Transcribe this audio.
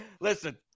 Listen